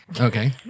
Okay